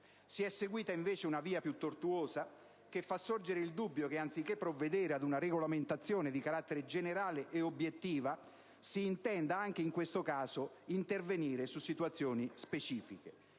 si è seguita una via più tortuosa che fa sorgere il dubbio che, invece di provvedere ad una regolamentazione di carattere generale e obiettivo, si intenda - anche in questo caso - intervenire su situazioni specifiche.